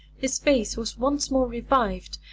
his faith was once more revived,